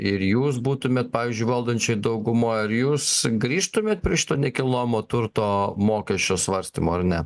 ir jūs būtumėt pavyzdžiui valdančioj daugumoj ar jūs grįžtumėt prie šito nekilnojamo turto mokesčio svarstymo ar ne